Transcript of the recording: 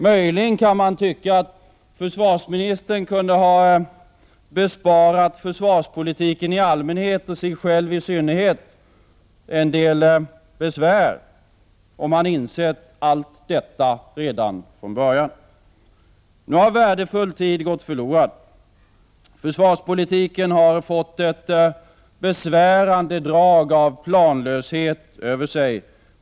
Möjligen kan man tycka att försvarsministern kunde ha besparat försvarspolitiken i allmänhet och sig själv i synnerhet en del besvär, om han insett allt detta redan från början. Nu har värdefull tid gått förlorad. Försvarspolitiken har fått ett besvärande drag av planlöshet över sig.